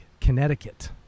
Connecticut